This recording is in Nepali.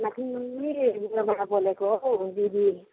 माथि उयोबाट बोलेको हौ दिदी